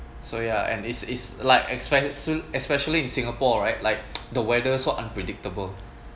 so ya and it's is like expend soon especially in singapore right like the weather so unpredictable